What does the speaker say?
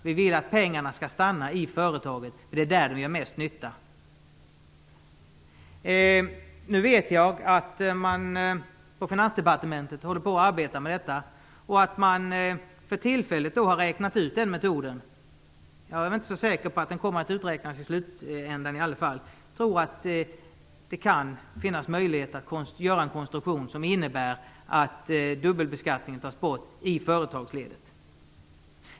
Vi vill att pengarna skall stanna i företaget, för det är där de gör mest nytta. Nu vet jag att man på Finansdepartementet arbetar med detta och att man för tillfället har räknat ut den metoden. Jag är inte så säker på att den kommer att räknas ut i slutändan i alla fall. Jag tror att det kan finnas möjligheter att göra en konstruktion som innebär att dubbelbeskattningen tas bort i företagsledet.